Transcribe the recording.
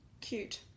Cute